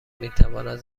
میتواند